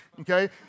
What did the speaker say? okay